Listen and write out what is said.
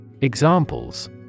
Examples